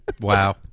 Wow